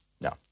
No